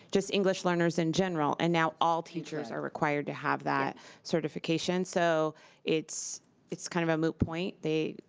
just english learners in general and now all teachers are required to have that certification so it's it's kind of a moot point they.